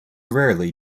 rarely